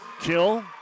kill